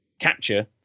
capture